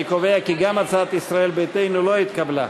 אני קובע כי גם הצעת ישראל ביתנו לא התקבלה.